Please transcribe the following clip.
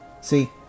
See